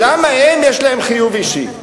יש חיוב אישי?